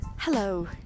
Hello